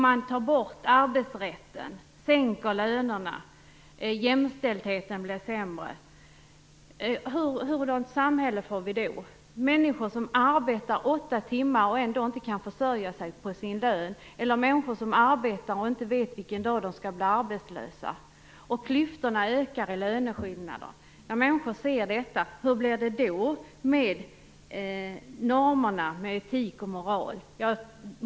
Man tar bort arbetsrätten och sänker lönerna. Jämställdheten blir sämre. Vilken typ av samhälle får vi då? Människor arbetar åtta timmar om dagen och kan ändå inte försörja sig på sin lön. Människor arbetar och vet inte vilken dag de skall bli arbetslösa. Klyftorna ökar vad gäller löneskillnaderna. Hur blir det med normerna och med etik och moral när människor ser detta?